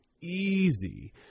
easy